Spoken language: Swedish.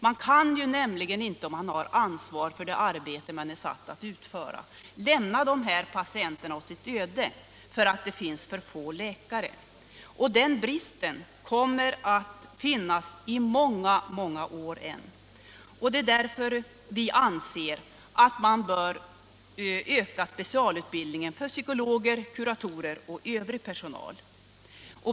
Man kan nämligen inte, om man har ansvar för det arbete man är satt att utföra, lämna patienterna åt sitt öde därför att det finns för få läkare. Den bristen kommer att finnas i många år ännu. Vi anser därför att man bör öka specialutbildningen för psykologer, kuratorer och övrig personal.